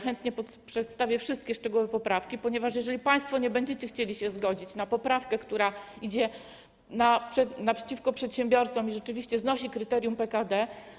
Chętnie przedstawię wszystkie szczegółowe poprawki, ponieważ jeżeli państwo nie będziecie chcieli się zgodzić na poprawkę, która wychodzi naprzeciw oczekiwaniom przedsiębiorców i rzeczywiście znosi kryterium PKD.